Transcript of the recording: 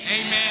Amen